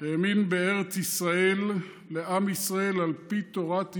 האמין בארץ ישראל ועם ישראל על פי תורת ישראל.